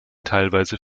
teilweise